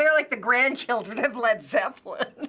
yeah like the grandchildren of led zeppelin.